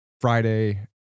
Friday